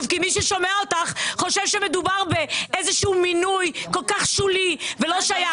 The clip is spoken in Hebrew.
כי מי ששומע אותך חושב שמדובר באיזה שהוא מינוי כל כך שולי ולא שייך.